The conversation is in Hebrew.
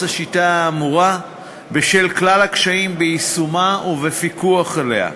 השיטה האמורה בשל כלל הקשיים ביישומה ובפיקוח עליה.